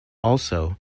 also